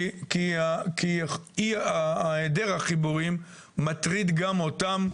כי העדר החיבורים מטריד גם אותם.